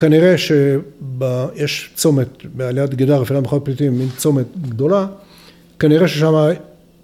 ‫כנראה שיש צומת בעליית גדר ‫לפני המחנות הפליטיים, ‫מין צומת גדולה. ‫כנראה ששם...